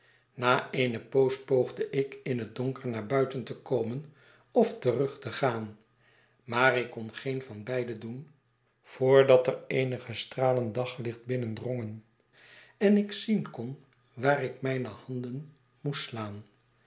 na eene poos poogde ik in het donker naar buiten te komen of terug te gaan maar ik kon geen van beide doen voordat er eenige stralen daglicht binnendrongen en ik zien kon waar ik mijne handen moest slaan